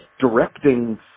directing